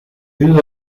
grew